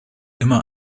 immer